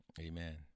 amen